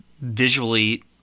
visually